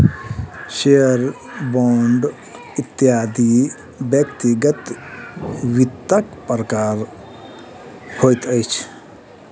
share, bond इत्यादि व्यक्तिगत वित्तक प्रकार होइत अछि